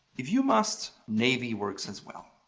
if you must, navy works as well.